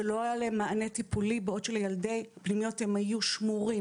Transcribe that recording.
שלא היה להם מענה טיפולי בעוד שילדי פנימיות היו שמורים,